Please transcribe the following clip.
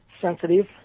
sensitive